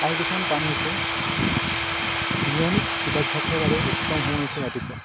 আৰু কিছুমান কাম হৈছে নিয়মিত যোগাভ্যাসৰ বাবে উত্তম সময় হৈছে ৰাতিপুৱা